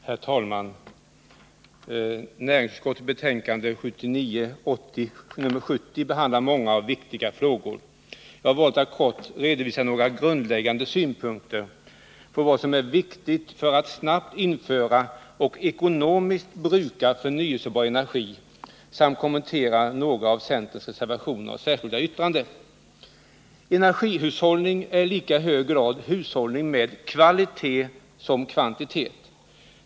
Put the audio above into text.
Herr talman! Näringsutskottets betänkande 1979/80:70 behandlar många och viktiga frågor. Jag har valt att kort redovisa några grundläggande synpunkter på vad som är viktigt för att snabbt införa och ekonomiskt bruka förnybar energi samt kommentera några av centerns reservationer och särskilda yttranden. Energihushållning är i lika hög grad hushållning med kvalitet som med kvantitet.